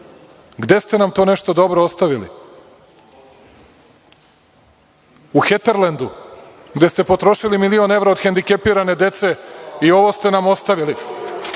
Gde ste nam to nešto dobro ostavili? U Heterlendu, gde ste potrošili milion evra od hendikepirane dece i ovo ste nam ostavili.